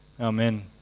Amen